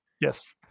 yes